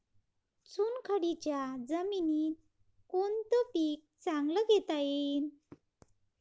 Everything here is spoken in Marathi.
चुनखडीच्या जमीनीत कोनतं पीक चांगलं घेता येईन?